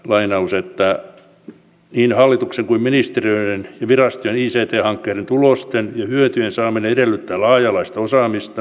valiokunta silloin totesi että niin hallituksen kuin ministeriöiden ja virastojen ict hankkeiden tulosten ja hyötyjen saaminen edellyttää laaja alaista osaamista ja määrätietoista johtajuutta